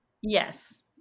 Yes